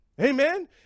Amen